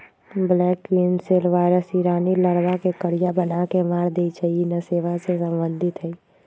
black queen cell virus इ रानी larva के करिया बना के मार देइ छइ इ नेसोमा से सम्बन्धित हइ